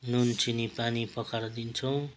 नुन चिनी पानी पकाएर दिन्छौँ